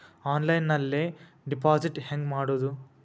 ಆನ್ಲೈನ್ನಲ್ಲಿ ಡೆಪಾಜಿಟ್ ಹೆಂಗ್ ಮಾಡುದು?